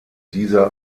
dieser